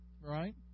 right